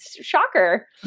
shocker